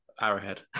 Arrowhead